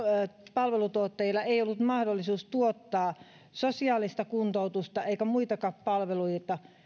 palvelutuottajilla ei ollut mahdollisuutta tuottaa sosiaalista kuntoutusta eikä muitakaan palveluita